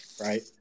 right